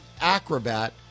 acrobat